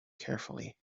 carefully